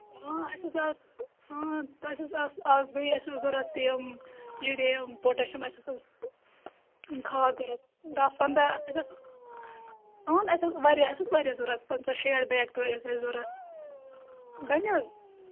اَسہِ حظ آسہٕ اَسہِ حظ آسہٕ آز بیٚیہِ اَسہِ اوس ضوٚرَتھ یِم یوٗرییَم پوٚٹیشَم اَسہِ ہَسا ٲس کھاد ضوٚرَتھ داہ پَنٛداہ اَسہِ ٲس اَسہِ اوس واریاہ اَسہِ اوس واریاہ ضوٚرَتھ پَنٛژاہ شیٹھ بیگ تام ٲسۍ اَسہِ ضوٚرَتھ بَنہِ حظ